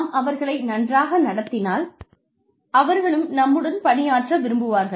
நாம் அவர்களை நன்றாக நடத்தினால் அவர்களும் நம்முடன் பணியாற்ற விரும்புவார்கள்